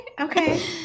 okay